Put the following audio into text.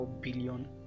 billion